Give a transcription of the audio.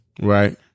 Right